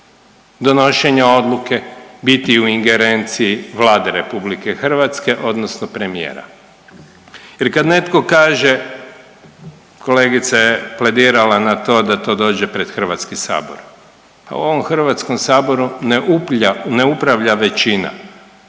donošenja odluke biti u ingerenciji Vlade RH odnosno premijera. Jer kad netko kaže kolegica je pledirala na to da to dođe pred Hrvatski sabor, pa u ovom Hrvatskom saboru ne upravlja većina.